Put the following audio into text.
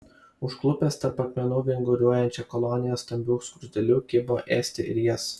užklupęs tarp akmenų vinguriuojančią koloniją stambių skruzdėlių kibo ėsti ir jas